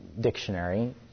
dictionary